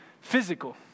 Physical